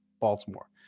Baltimore